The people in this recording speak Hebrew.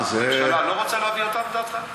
מה, הממשלה לא רוצה להביא אותם, לדעתך?